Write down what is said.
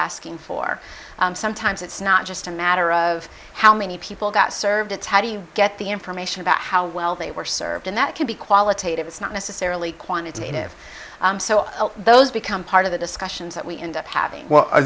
asking for sometimes it's not just a matter of how many people got served it's how do you get the information about how well they were served and that can be qualitative it's not necessarily quantitative so those become part of the discussions that we end up having